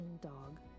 Dog